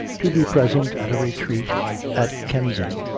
to be present at a retreat at kemsing,